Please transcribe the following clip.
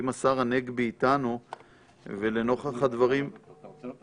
אם השר הנגבי איתנו ולנוכח הדברים --- אתה רוצה אותו?